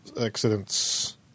accidents